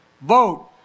vote